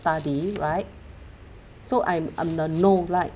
study right so I'm uh the no right